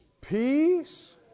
peace